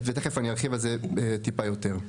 תכף אני ארחיב על זה טיפה יותר.